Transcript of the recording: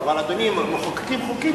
אבל, אדוני, מחוקקים חוקים כאלה.